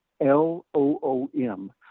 L-O-O-M